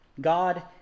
god